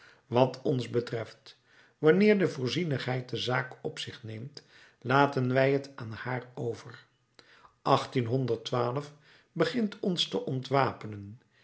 wat ons betreft wanneer de voorzienigheid de zaak op zich neemt laten wij t aan haar over begint ons te ontwapenen